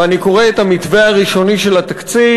ואני קורא את המתווה הראשוני של התקציב,